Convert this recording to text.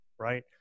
right